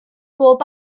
bob